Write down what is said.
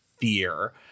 fear